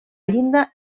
llinda